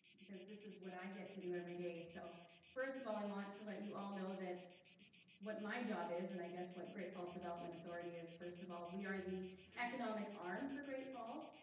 because this is what i get to do every day. so first of all, i want to let you all know that what my job is and i guess what great falls development authority is first of all. we are the economic arm for great falls.